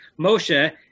Moshe